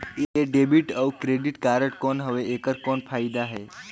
ये डेबिट अउ credit card कौन हवे एकर कौन फाइदा हे?